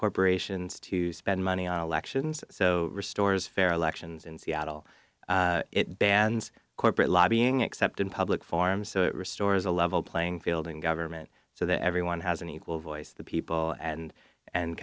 corporations to spend money on election and so restores fair elections in seattle it bans corporate lobbying except in public forms so it restores a level playing field in government so that everyone has an equal voice the people and and